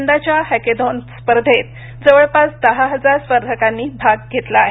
यंदाच्या हॅकेथाँन स्पर्धेत जवळपास दहा हजार स्पर्धकांनी भाग घेतला आहे